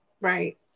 Right